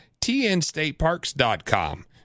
tnstateparks.com